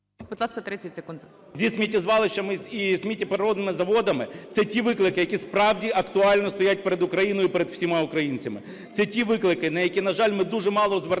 Будь ласка, 30 секунд